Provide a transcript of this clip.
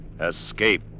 Escape